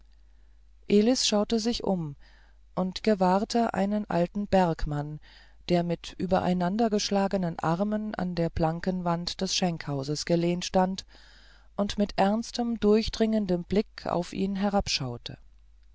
elis schaute sich um und gewahrte einen alten bergmann der mit übereinandergeschlagenen armen an die plankenwand des schenkhauses angelehnt stand und mit ernstem durchdringenden blick auf ihn